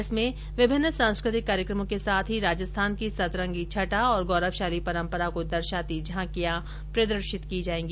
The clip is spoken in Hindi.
इसमें विभिन्न सांस्कृतिक कार्यक्रमों के साथ ही राजस्थान की सतरंगी छटा और गौरवशाली परम्परा को दर्शाती झांकियां प्रदर्शित की जाएगी